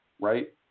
right